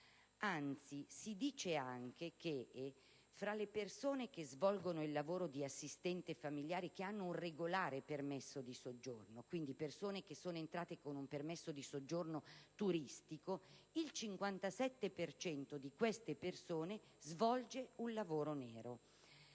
Anzi, si dice che tra le persone che svolgono il lavoro di assistente familiare con regolare permesso di soggiorno, quindi persone entrate con un permesso di soggiorno turistico, il 57 per cento svolge il proprio